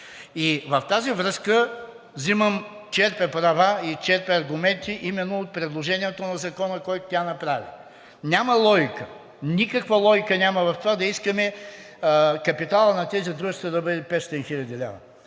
в тази връзка черпя права и черпя аргументи именно от предложението на Закона, който тя направи. Няма логика, никаква логика няма в това да искаме капиталът на тези дружества да бъде 500 хил. лв.,